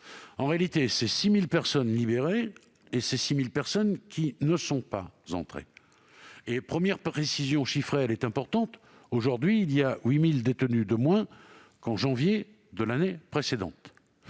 En réalité, ce sont 6 000 personnes libérées et 6 000 personnes qui ne sont pas entrées en prison. Cette première précision chiffrée est importante. Aujourd'hui, il y a 8 000 détenus de moins qu'en janvier de l'année dernière.